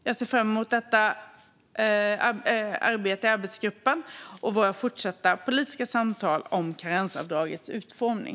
Jag ser fram emot arbetsgruppens arbete och våra fortsatta politiska samtal om karensavdragets utformning.